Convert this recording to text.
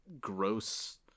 gross